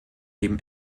dem